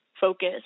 focus